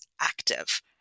active